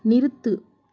நிறுத்து